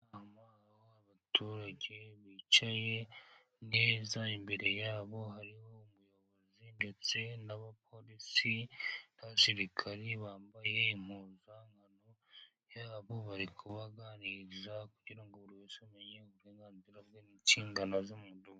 Aho abaturage bicaye neza, imbere yabo hariho umuyobozi, Abapolisi, n'Abasirikare bambaye impuzankano yabo bari kubaganiriza kugira ngo bosobanukirwe uburenganzira bwabo n'inshingano zabo.